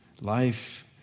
life